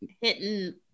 hitting